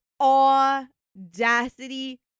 audacity